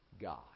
God